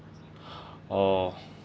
orh